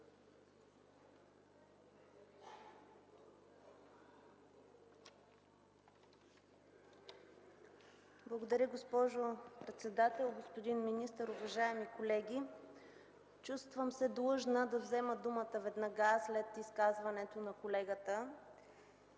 Благодаря, госпожо председател. Господин министър, уважаеми колеги! Чувствам се длъжна да взема думата веднага след изказването на колегата